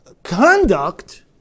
Conduct